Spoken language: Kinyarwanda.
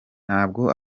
ntabwo